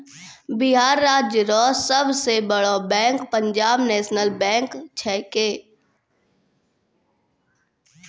बिहार राज्य रो सब से बड़ो बैंक पंजाब नेशनल बैंक छैकै